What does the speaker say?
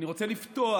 אני רוצה לפתוח